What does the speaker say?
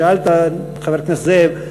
שאלת, חבר הכנסת זאב,